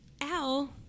Al